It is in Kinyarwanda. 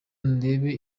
ndebe